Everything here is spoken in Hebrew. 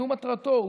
זו מטרתו.